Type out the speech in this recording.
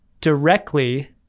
Directly